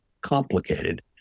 complicated